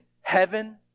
heaven